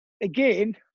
again